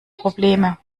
probleme